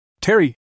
Terry